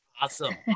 Awesome